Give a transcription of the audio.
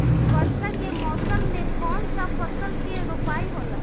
वर्षा के मौसम में कौन सा फसल के रोपाई होला?